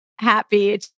happy